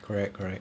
correct correct